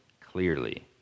clearly